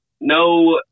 no